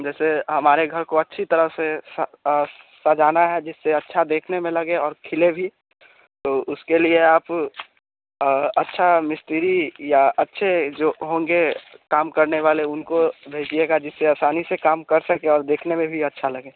जैसे हमारे घर को अच्छी तरह से स सजाना है जिससे अच्छा देखने में लगे और खिले भी तो उसके लिए आप अच्छा मिस्त्री या अच्छे जो होंगे काम करने वाले उनको भेजिएगा जिससे असानी से काम कर सकें और देखने भी अच्छा लगे